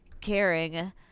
caring